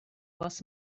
was